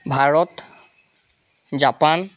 Bharat Japan